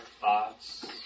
Thoughts